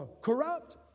corrupt